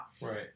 Right